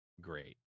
great